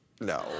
No